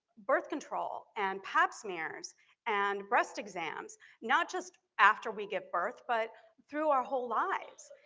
birth control and pap smears and breast exams not just after we give birth, but through our whole lives.